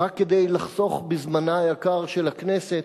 רק כדי לחסוך בזמנה היקר של הכנסת,